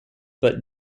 but